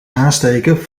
aansteken